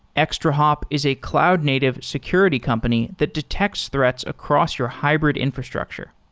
extrahop is a cloud-native security company that detects threats across your hybrid infrastructure.